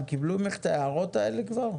הם קיבלו ממך את ההערות האלה כבר?